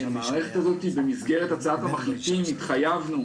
במסגרת הצעת המחליטים, התחייבנו